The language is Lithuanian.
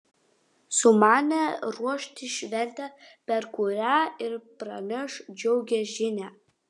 sumanė ruošti šventę per kurią ir praneš džiugią žinią